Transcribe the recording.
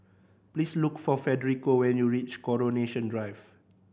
please look for Federico when you reach Coronation Drive